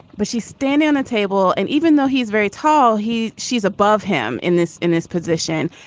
but she's standing on a table and even though he's very tall, he she's above him in this in this position.